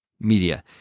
media